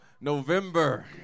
November